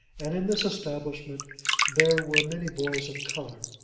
and in this establishment there were many boys of colour.